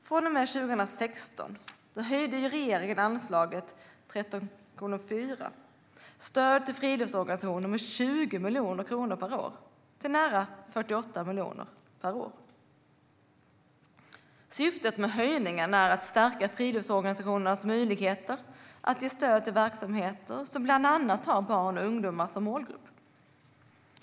Från och med 2016 höjde regeringen anslaget 13:4 Stöd till friluftsorganisationer med 20 miljoner kronor per år till nära 48 miljoner per år. Syftet med höjningen är att stärka friluftsorganisationernas möjligheter att ge stöd till verksamheter som bland annat har barn och ungdomar som målgrupp.